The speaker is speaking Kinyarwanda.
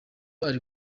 ari